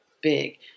Big